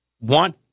want